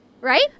Right